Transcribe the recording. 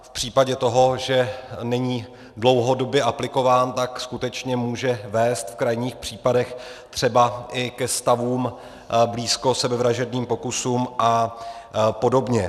V případě toho, že není dlouhodobě aplikován, skutečně může vést v krajních případech třeba i ke stavům blízko sebevražedným pokusům a podobně.